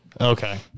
Okay